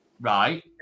Right